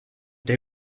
they